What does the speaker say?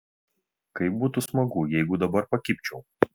kaip būtų smagu jeigu dabar pakibčiau